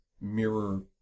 mirror